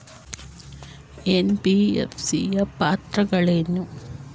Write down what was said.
NBFC ಯ ಪಾತ್ರಗಳೇನು?